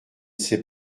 sais